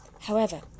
However